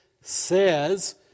says